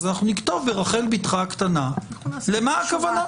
אז אנחנו נכתוב ברחל בתך הקטנה למה הכוונה.